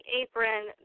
apron